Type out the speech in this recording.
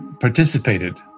participated